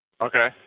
Okay